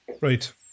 Right